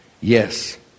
yes